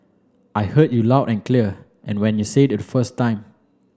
I heard you loud and clear and when you said it the first time